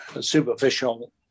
superficial